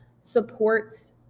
supports